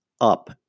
up